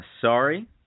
sorry